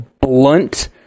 blunt